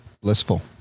blissful